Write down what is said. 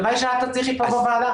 הלוואי שאת תצליחי פה בוועדה.